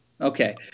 Okay